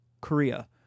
Korea